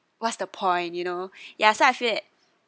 what's the point you know ya so I feel that